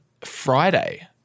Friday